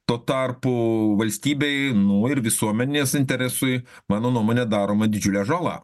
tuo tarpu valstybei nu ir visuomenės interesui mano nuomone daroma didžiulė žala